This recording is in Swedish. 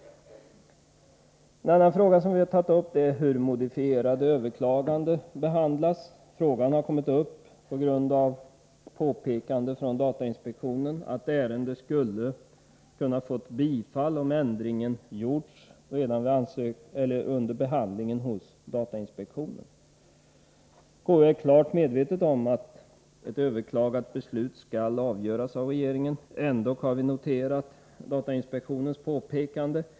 En annan fråga som vi tagit upp gäller hur modifierade överklaganden behandlas. Frågan har kommit upp efter det att påpekanden gjorts från datainspektionen om att det i vissa ärenden skulle ha kunnat bli bifall såvida ändringen gjorts redan i samband med behandlingen hos datainspektionen. I KU är vi helt klart medvetna om att ett överklagat beslut skall avgöras av regeringen. Ändock har vi noterat datainspektionens påpekande.